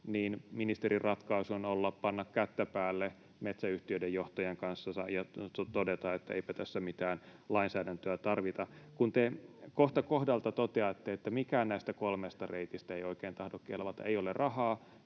ministerin ratkaisu on ollut panna kättä päälle metsäyhtiöiden johtajien kanssa ja todeta, että eipä tässä mitään lainsäädäntöä tarvita. Kun te kohta kohdalta toteatte, että mikään näistä kolmesta reitistä ei oikein tahdo kelvata, ei ole rahaa,